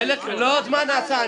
לא זמן ההסעה.